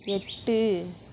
எட்டு